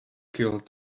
killed